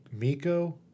Miko